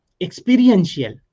experiential